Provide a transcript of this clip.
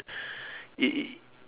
it it